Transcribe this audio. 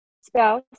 spouse